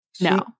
no